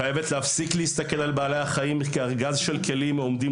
חייבת להפסיק להסתכל על בעלי החיים כארגז של כלים העומדים